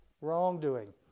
wrongdoing